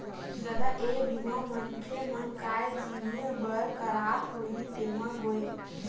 ददा ये बीमा मनखे मन काय जिनिय बर करवात होही तेमा गोय?